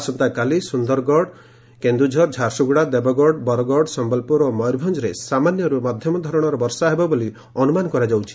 ଆସନ୍ତାକାଲି ସୁନ୍ଦରଗଡ଼ କେନ୍ଦୁଝର ଝାରସୁଗୁଡ଼ା ଦେବଗଡ଼ ବରଗଡ଼ ସମ୍ଲପୁର ଓ ମୟରଭଞରେ ସାମାନ୍ୟରୁ ମଧମ ଧରଣର ବ ହେବ ବୋଲି ଅନୁମାନ କରାଯାଉଛି